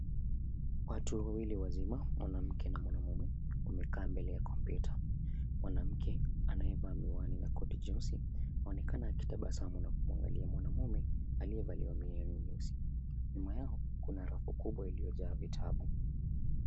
Watu wawili wazima mwanamke na mwanamume wamekaa mbele ya kompyuta, mwanamke anayevaa miwani na koti jeusi waonekana akitabasamu na kumwangalia mwanamume aliyevalia miwani meusi. Nyuma yao kuna rafu kubwa iliyojaa vitabu.